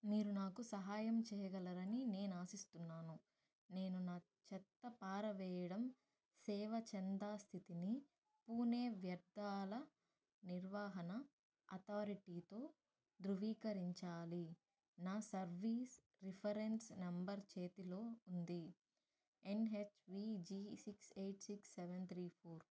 hello మీరు నాకు సహాయం చెయ్యగలరని నేను ఆశిస్తున్నాను నేను నా చెత్త పారవేయడం సేవా చందా స్థితిని పూణే వ్యర్థాల నిర్వహణ అథారిటీతో ధృవీకరించాలి నా సర్వీస్ రిఫరెన్స్ నంబర్ చేతిలో ఉంది N H V G six eight six seven three four